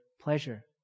pleasure